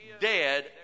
dead